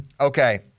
Okay